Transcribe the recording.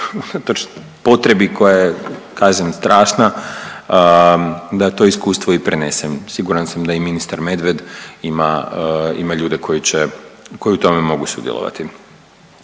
potrebi koja je kažem strašna da to iskustvo i prenesen. Siguran sam da i ministar Medved ima ljude koji u tome mogu sudjelovati.